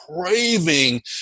craving